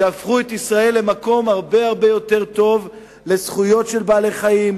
שהפכו את ישראל למקום הרבה הרבה יותר טוב לזכויות של בעלי-חיים,